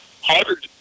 Harder